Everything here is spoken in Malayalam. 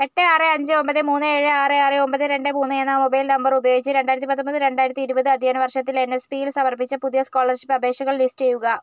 എട്ട് ആറ് അഞ്ച് ഒൻപത് മൂന്ന് ഏഴ് ആറ് ആറ് ഒൻപത് രണ്ട് മൂന്ന് എന്ന മൊബൈൽ നമ്പർ ഉപയോഗിച്ച് രണ്ടായിരത്തിപ്പത്തൊമ്പത് രണ്ടായിരത്തി ഇരുപത് അധ്യയന വർഷത്തിൽ എൻഎസ്പിയിൽ സമർപ്പിച്ച പുതിയ സ്കോളർഷിപ്പ് അപേക്ഷകൾ ലിസ്റ്റ് ചെയ്യുക